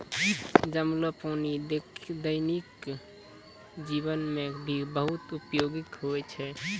जमलो पानी दैनिक जीवन मे भी बहुत उपयोगि होय छै